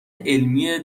علمی